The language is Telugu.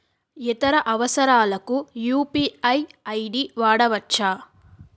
ఇతర అవసరాలకు యు.పి.ఐ ఐ.డి వాడవచ్చా?